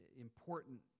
important